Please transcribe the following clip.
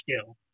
skill